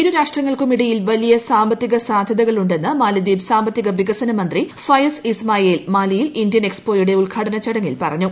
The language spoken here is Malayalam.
ഇരു രാഷ്ട്രങ്ങൾക്കും ഇടയിൽ വലിയ സാമ്പത്തിക സാധ്യതകൾ ഉണ്ടെന്ന് മാലിദ്വീപ് സാമ്പത്തിക വികസന മന്ത്രി ഫയസ്സ് ഇസ്മായേൽ മാലിയിൽ ഇന്ത്യൻ എക്സ്പോയുടെ ഉദ്ഘാടന ചടങ്ങിൽ പറഞ്ഞു